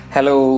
Hello